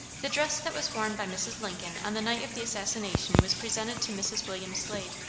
the dress that was worn by mrs. lincoln on the night of the assassination was presented to mrs. wm. slade.